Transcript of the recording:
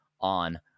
on